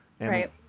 Right